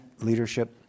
leadership